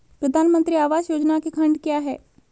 प्रधानमंत्री आवास योजना के खंड क्या हैं?